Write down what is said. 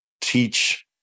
teach